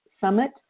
Summit